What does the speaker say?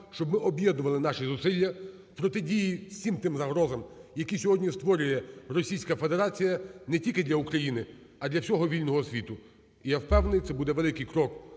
щоб ми об'єднували наші зусилля протидії всім тим загрозам, які сьогодні створює Російська Федерація не тільки для України, а для всього вільного світу. Я впевнений, це буде великий крок